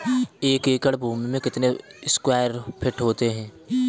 एक एकड़ भूमि में कितने स्क्वायर फिट होते हैं?